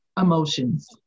emotions